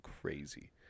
crazy